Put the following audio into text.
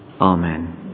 Amen